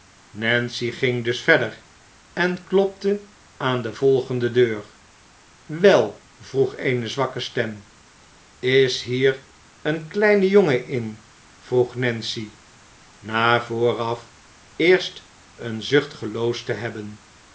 nancy ging dus verder en klopte aan de volgende deur wel vroeg eene zwakke stem is hier een kleine jongen in vroeg nancy na vooraf eerst een zucht geloosd te hebben